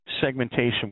segmentation